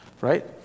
Right